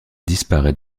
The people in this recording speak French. disparaît